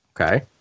Okay